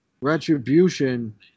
Retribution